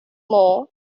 more